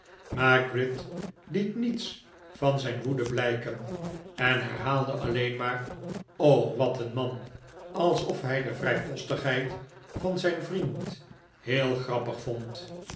maar gride liet niets van zijn woede blijken en herhaalde alleen maar o wat een man alsof hij de vrijpostigheid van zijn vriend heel grappig vond